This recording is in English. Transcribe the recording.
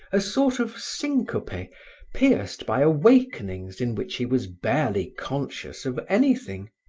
a sort of syncope pierced by awakenings in which he was barely conscious of anything.